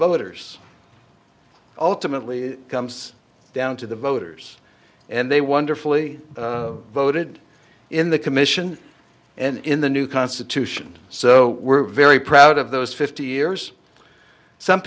voters ultimately it comes down to the voters and they wonderfully voted in the commission and in the new constitution so we're very proud of those fifty years some